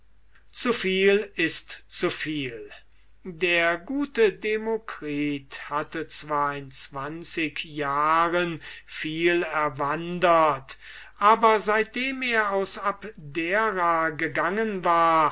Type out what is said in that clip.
zu viel ist zu viel der gute demokritus hatte zwar in zwanzig jahren viel erwandert aber seitdem er aus abdera gegangen war